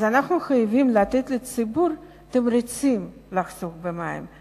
אז אנחנו חייבים לתת לציבור תמריצים לחסוך במים.